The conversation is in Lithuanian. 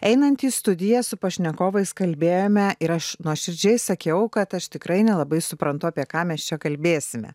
einant į studiją su pašnekovais kalbėjome ir aš nuoširdžiai sakiau kad aš tikrai nelabai suprantu apie ką mes čia kalbėsime